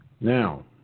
Now